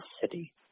city